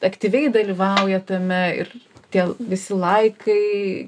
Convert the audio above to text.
aktyviai dalyvauja tame ir tie visi laikai